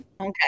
Okay